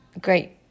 great